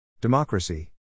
Democracy